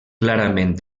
clarament